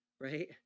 right